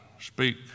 speak